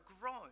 grown